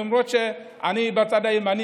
למרות שאני בצד הימני,